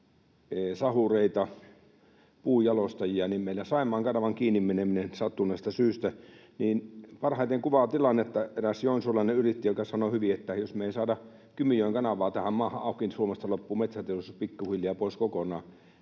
sahureita, puunjalostajia, Saimaan kanavan kiinni menemisestä sattuneesta syystä. Parhaiten kuvaa tilannetta eräs joensuulainen yrittäjä, joka sanoi hyvin, että jos me ei saada Kymijoen kanavaa tähän maahan auki, niin Suomesta loppuu metsäteollisuus pikkuhiljaa pois kokonaan.